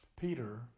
Peter